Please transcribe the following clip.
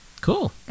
cool